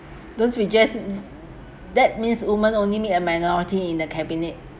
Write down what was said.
don't we just that means women only make a minority in the cabinet